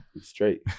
straight